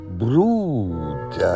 brood